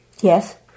Yes